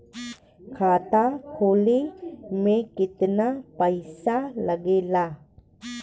खाता खोले में कितना पईसा लगेला?